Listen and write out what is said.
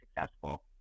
successful